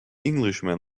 englishman